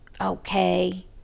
okay